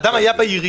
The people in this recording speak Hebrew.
אדם היה בעירייה,